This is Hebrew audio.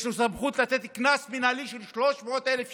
יש לו סמכות לתת קנס מינהלי של 300,000 שקל,